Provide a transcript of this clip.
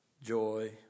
joy